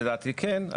לדעתי כן,